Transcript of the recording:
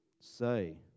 say